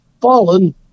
fallen